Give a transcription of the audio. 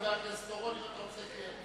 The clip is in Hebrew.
חבר הכנסת אורון, אם אתה רוצה להעיר.